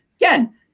again